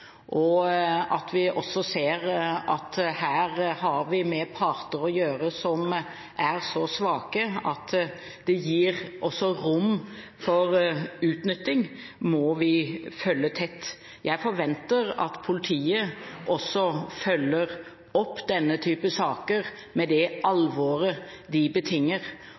Vi ser at vi her har med parter å gjøre som er så svake at det også gir rom for utnytting, og det må vi følge tett. Jeg forventer at politiet også følger opp denne type saker med det alvor det betinger.